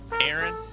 Aaron